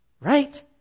Right